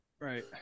Right